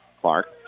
Clark